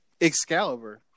Excalibur